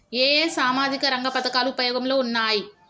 ఏ ఏ సామాజిక రంగ పథకాలు ఉపయోగంలో ఉన్నాయి?